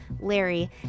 Larry